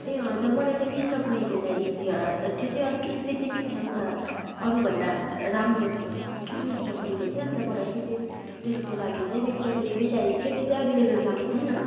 ए हजुर मलाईँ चाहिँ मिस्टर पुरीको चाहिएको थियो त्यो चाहिँ अलिक स्पेसिफिक छ नि त अरू भन्दा राम्रो छ कि मिस्टर पुरीको चाहिँ अन्त मलाई चाहिँ त्यस त्यसको लागि चाहिँ मिस्टर पुरीकै चाहिएको थियो त्यो चाहिँ एभाइलेभल छ कि छैन